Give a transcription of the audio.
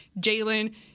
Jalen